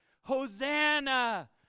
Hosanna